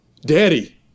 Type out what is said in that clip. Daddy